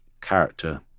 character